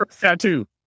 tattoo